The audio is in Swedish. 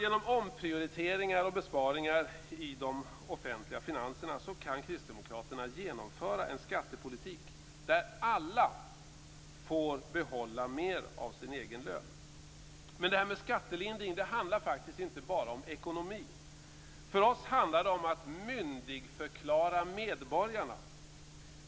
Genom omprioriteringar och besparingar i de offentliga finanserna kan kristdemokraterna genomföra en skattepolitik där alla får behålla mer av sin egen lön. Men skattelindring handlar faktiskt inte bara om ekonomi. För oss handlar det om att myndigförklara medborgarna.